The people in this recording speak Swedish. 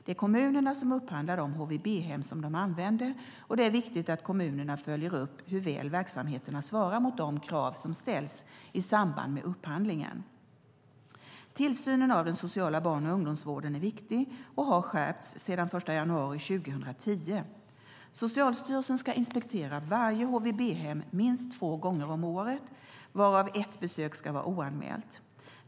Det är kommunerna som upphandlar de HVB-hem som de använder och det är viktigt att kommunerna följer upp hur väl verksamheterna svarar mot de krav som ställts i samband med upphandlingen. Tillsynen av den sociala barn och ungdomsvården är viktig och har skärpts sedan den 1 januari 2010. Socialstyrelsen ska inspektera varje HVB-hem minst två gånger om året, varav ett besök ska vara oanmält.